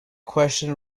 question